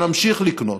ונמשיך לקנות.